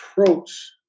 approach